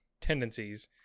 tendencies